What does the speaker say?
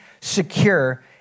secure